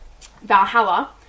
Valhalla